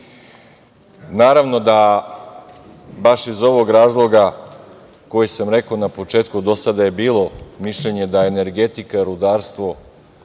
oblasti. Naravno da baš iz ovog razloga koji sam rekao na početku, do sada je bilo mišljenje da energetika, rudarstvo